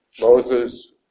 Moses